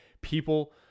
people